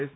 S